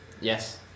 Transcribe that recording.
Yes